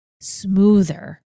smoother